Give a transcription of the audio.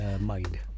mind